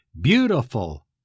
beautiful